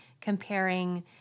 comparing